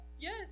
Yes